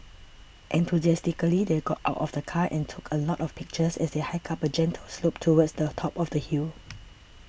enthusiastically they got out of the car and took a lot of pictures as they hiked up a gentle slope towards the top of the hill